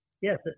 Yes